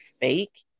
fake